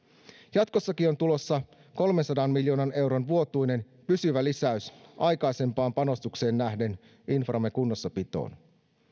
jatkossakin on tulossa kolmensadan miljoonan euron vuotuinen pysyvä lisäys aikaisempaan panostukseen nähden inframme kunnossapitoon